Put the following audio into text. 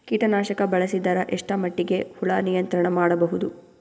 ಕೀಟನಾಶಕ ಬಳಸಿದರ ಎಷ್ಟ ಮಟ್ಟಿಗೆ ಹುಳ ನಿಯಂತ್ರಣ ಮಾಡಬಹುದು?